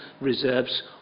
reserves